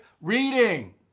Reading